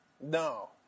No